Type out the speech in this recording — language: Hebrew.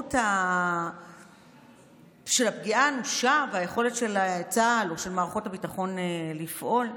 המשמעות של הפגיעה האנושה ביכולת של צה"ל או של מערכות הביטחון לפעול?